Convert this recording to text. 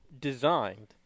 designed